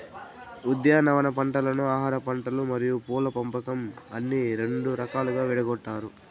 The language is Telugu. ఉద్యానవన పంటలను ఆహారపంటలు మరియు పూల పంపకం అని రెండు రకాలుగా విడగొట్టారు